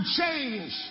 change